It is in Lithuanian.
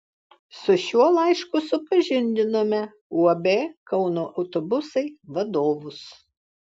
su šiuo laišku supažindinome uab kauno autobusai vadovus